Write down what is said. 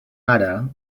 ara